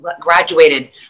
graduated